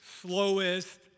slowest